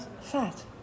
fat